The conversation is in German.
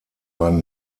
man